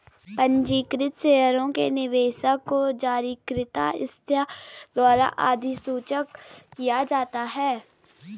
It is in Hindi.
पंजीकृत शेयरों के निवेशक को जारीकर्ता संस्था द्वारा अधिसूचित किया जाता है